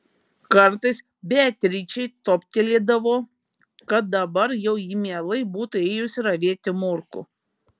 kartais beatričei toptelėdavo kad dabar jau ji mielai būtų ėjusi ravėti morkų